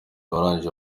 warangiye